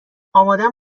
آمادم